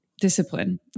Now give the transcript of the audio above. discipline